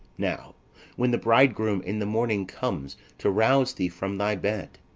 now when the bridegroom in the morning comes to rouse thee from thy bed,